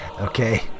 Okay